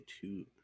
two